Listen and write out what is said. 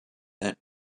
that